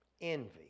envy